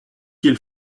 qu’il